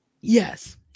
Yes